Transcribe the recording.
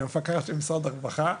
הלכתי עם המפקח של משרד הרווחה,